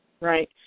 Right